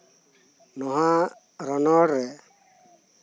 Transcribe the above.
ᱱᱚᱶᱟ ᱨᱚᱱᱚᱲ ᱨᱮ